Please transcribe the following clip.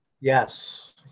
Yes